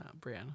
Brianna